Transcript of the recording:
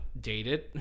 dated